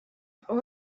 bei